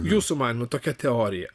jūsų man tokia teorija